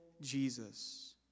Jesus